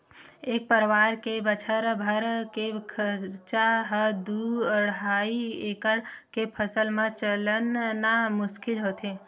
एक परवार के बछर भर के खरचा ह दू अड़हई एकड़ के फसल म चलना मुस्कुल होथे